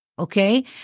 Okay